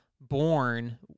born